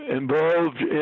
involved